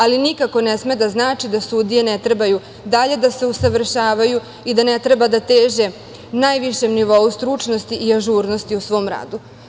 Ali, nikako ne sme da znači da sudije ne trebaju dalje da se usavršavaju i da ne treba da teže najvišem nivou stručnosti i ažurnosti u svom radu.